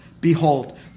behold